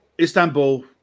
Istanbul